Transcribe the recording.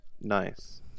Nice